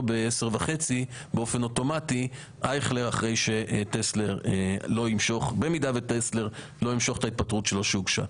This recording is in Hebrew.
ב-10:30 אייכלר במידה וטסלר לא ימשוך את ההתפטרות שלו שהוגשה.